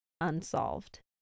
unsolved